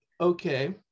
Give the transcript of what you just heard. okay